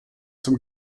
zum